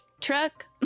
Truck